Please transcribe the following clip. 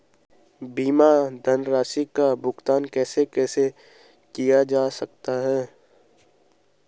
बीमा धनराशि का भुगतान कैसे कैसे किया जा सकता है?